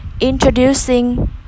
Introducing